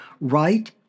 Right